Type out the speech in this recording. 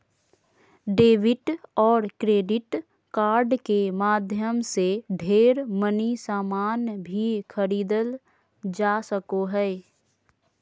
debit और credit card के माध्यम से ढेर मनी सामान भी खरीदल जा सको हय